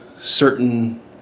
certain